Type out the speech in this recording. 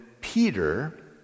Peter